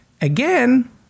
Again